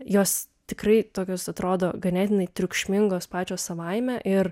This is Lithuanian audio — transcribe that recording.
jos tikrai tokios atrodo ganėtinai triukšmingos pačios savaime ir